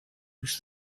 use